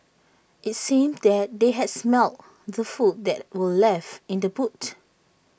IT seemed that they had smelt the food that were left in the boot